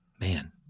Man